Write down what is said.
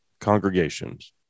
congregations